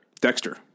Dexter